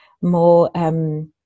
more